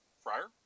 Friar